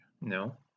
No